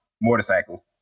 motorcycle